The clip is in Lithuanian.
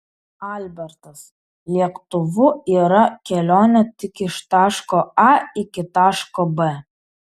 albertas lėktuvu yra kelionė tik iš taško a iki taško b